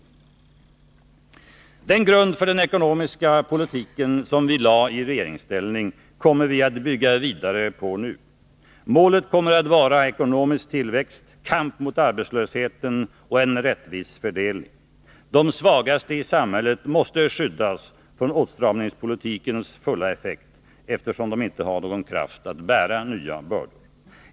Den grund för den ekonomiska politiken som vi lade i regeringsställning kommer vi att bygga vidare på nu. Målet kommer att vara ekonomisk tillväxt, kamp mot arbetslösheten och en rättvis fördelning. De svagaste i samhället måste skyddas från åtstramningspolitikens fulla effekt, eftersom de inte har någon kraft att bära nya bördor.